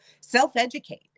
self-educate